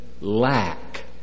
lack